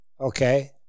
Okay